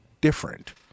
different